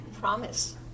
promise